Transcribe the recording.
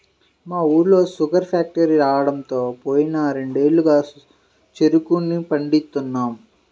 మా ఊళ్ళో sugar factory రాడంతో పోయిన రెండేళ్లుగా చెరుకునే పండిత్తన్నాం